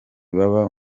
baba